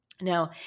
Now